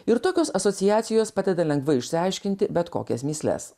ir tokios asociacijos padeda lengvai išsiaiškinti bet kokias mįsles